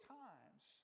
times